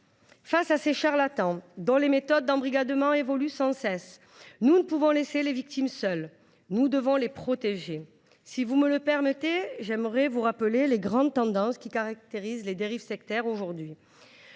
Face à ces charlatans, dont les méthodes d’embrigadement évoluent sans cesse, nous ne pouvons laisser les victimes seules : il nous faut les protéger. Permettez moi de vous rappeler les grandes tendances qui caractérisent les dérives sectaires aujourd’hui.